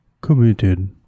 committed